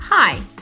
Hi